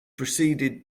proceeded